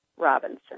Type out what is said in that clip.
Robinson